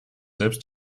selbst